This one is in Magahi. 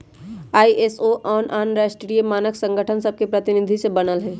आई.एस.ओ आन आन राष्ट्रीय मानक संगठन सभके प्रतिनिधि से बनल हइ